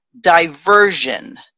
diversion